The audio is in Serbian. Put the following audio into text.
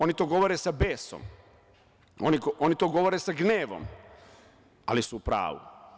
Oni to govore sa besom, oni to govore sa gnevom, ali su u pravu.